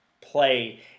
play